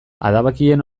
adabakien